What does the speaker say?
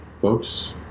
folks